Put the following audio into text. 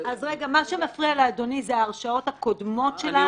שמפריע לאדוני זה ההרשעות הקודמות של אדם?